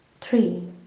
three